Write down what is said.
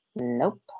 Nope